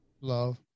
Love